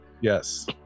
Yes